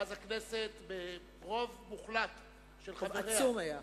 ואז, הכנסת ברוב מוחלט של חבריה, רוב עצום היה.